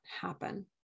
happen